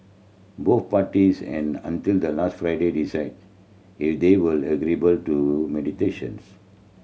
both parties an until the last Friday decide they were agreeable to meditations